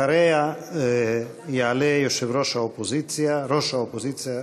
אחריה יעלה ראש האופוזיציה,